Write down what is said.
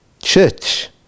church